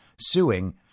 suing